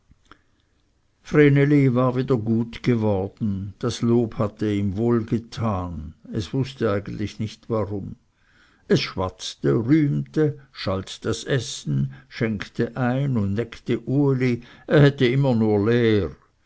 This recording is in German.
war wieder gut geworden das lob hatte ihm wohl getan es wußte eigentlich nicht warum es schwatzte rühmte schalt das essen schenkte ein und neckte uli er hätte immer nur leer